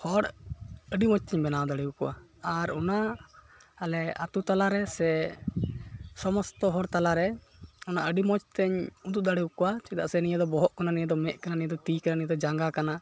ᱦᱚᱲ ᱟᱹᱰᱤ ᱢᱚᱡᱽ ᱛᱤᱧ ᱵᱮᱱᱟᱣ ᱫᱟᱲᱮᱣᱟᱠᱚᱣᱟ ᱟᱨ ᱚᱱᱟ ᱟᱞᱮ ᱟᱛᱳ ᱛᱟᱞᱟᱨᱮ ᱥᱮ ᱥᱚᱢᱚᱥᱛᱚ ᱦᱚᱲ ᱛᱟᱞᱟᱨᱮ ᱚᱱᱟ ᱟᱹᱰᱤ ᱢᱚᱡᱽᱛᱮᱧ ᱩᱫᱩᱜ ᱫᱟᱲᱮᱣᱟᱠᱚᱣᱟ ᱪᱮᱫᱟᱜ ᱥᱮ ᱱᱤᱭᱟᱹᱫᱚ ᱵᱚᱦᱚᱜ ᱠᱟᱱᱟ ᱱᱤᱭᱟᱹᱫᱚ ᱢᱮᱫ ᱠᱟᱱᱟ ᱱᱤᱭᱟᱹᱫᱚ ᱛᱤ ᱠᱟᱱᱟ ᱱᱤᱭᱟᱹᱫᱚ ᱡᱟᱸᱜᱟ ᱠᱟᱱᱟ